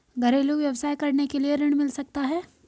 घरेलू व्यवसाय करने के लिए ऋण मिल सकता है?